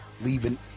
leaving